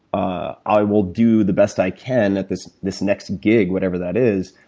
ah i will do the best i can at this this next gig, whatever that is,